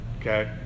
okay